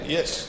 Yes